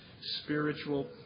spiritual